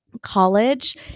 college